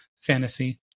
fantasy